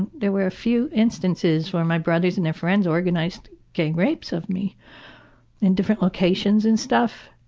there were a few instances where my brothers and their friends organized gang rapes of me in different locations and stuff,